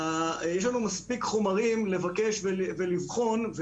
יש לנו מספיק חומרים לבקש ולבחון,